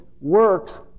works